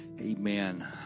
Amen